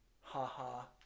ha-ha